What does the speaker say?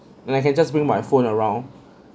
and I can just bring my phone around